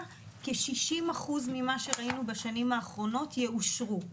כ-60% ממה שראינו בשנים האחרונות יאושרו.